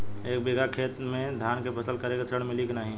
एक बिघा खेत मे धान के फसल करे के ऋण मिली की नाही?